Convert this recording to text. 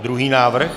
Druhý návrh.